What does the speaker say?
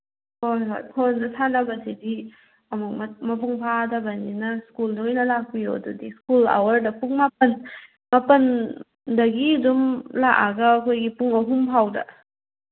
ꯍꯣꯏ ꯍꯣꯏ ꯐꯣꯟꯗ ꯁꯥꯟꯅꯕꯁꯤꯗꯤ ꯑꯃꯨꯛ ꯃꯄꯨꯡ ꯐꯥꯗꯕꯅꯤꯅ ꯁ꯭ꯀꯨꯜꯗ ꯑꯣꯏꯅ ꯂꯥꯛꯄꯤꯌꯣ ꯑꯗꯨꯗꯤ ꯁ꯭ꯀꯨꯜ ꯑꯋꯥꯔꯗ ꯄꯨꯡ ꯃꯥꯄꯟ ꯃꯥꯄꯟꯗꯒꯤ ꯑꯗꯨꯝ ꯂꯥꯛꯑꯒ ꯑꯩꯈꯣꯏꯒꯤ ꯄꯨꯡ ꯑꯍꯨꯝ ꯐꯥꯎꯗ